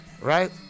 Right